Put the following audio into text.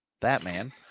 Batman